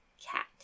cat